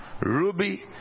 ruby